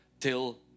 till